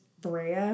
Brea